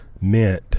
meant